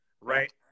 right